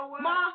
Ma